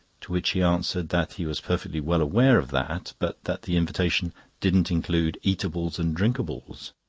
to which he answered that he was perfectly well aware of that but that the invitation didn't include eatables and drinkables.